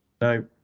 No